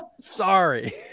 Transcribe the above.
Sorry